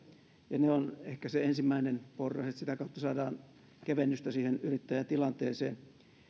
ja se on ehkä se ensimmäinen porras että sitä kautta saadaan kevennystä siihen yrittäjätilanteeseen